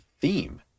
theme